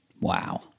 Wow